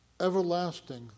everlasting